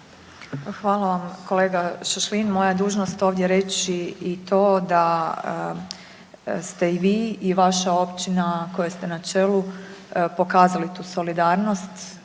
Hvala vam kolega Šašlin. Moja je dužnost ovdje reći i to da ste i vi i vaša općina kojoj ste na čelu pokazali tu solidarnost.